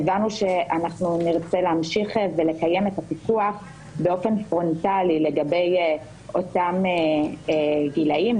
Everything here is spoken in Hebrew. הודענו שנרצה להמשיך ולקיים את הפיקוח באופן פרונטלי לגבי אותם גילאים,